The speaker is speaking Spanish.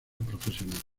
profesional